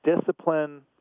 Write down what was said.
discipline